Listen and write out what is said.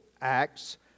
acts